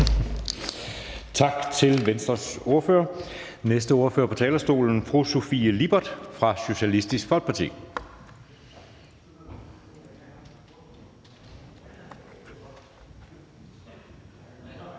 Tak til Venstres ordfører. Den næste ordfører på talerstolen er fru Sofie Lippert fra Socialistisk Folkeparti.